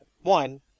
One